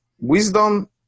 wisdom